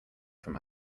from